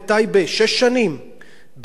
בחריש יש כבר שש שנים וחצי,